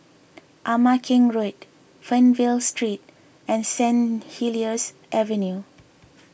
Ama Keng Road Fernvale Street and Staint Helier's Avenue